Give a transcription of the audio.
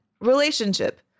relationship